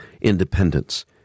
independence